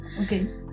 okay